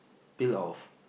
peel off